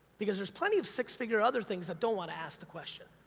because there's plenty of six figure other things that don't wanna ask the question.